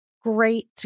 great